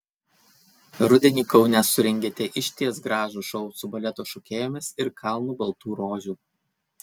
rudenį kaune surengėte išties gražų šou su baleto šokėjomis ir kalnu baltų rožių